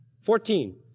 Fourteen